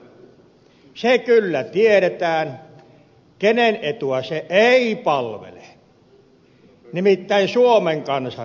se kyllä tiedetään kenen etua se ei palvele nimittäin suomen kansan etua